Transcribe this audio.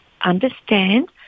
understand